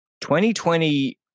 2020